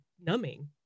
numbing